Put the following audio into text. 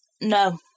No